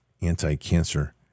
anti-cancer